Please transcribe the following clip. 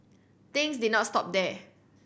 things did not stop there